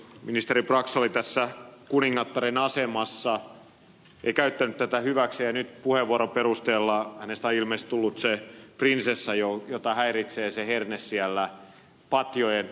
ministeri brax oli tässä kuningattaren asemassa ei käyttänyt tätä hyväkseen ja nyt puheenvuoron perusteella hänestä on ilmeisesti tullut se prinsessa jota häiritsee se herne siellä patjojen alla